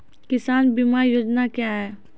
किसान बीमा योजना क्या हैं?